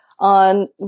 On